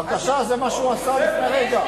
בבקשה, זה מה שהוא עשה לפני רגע.